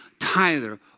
Tyler